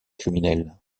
criminelles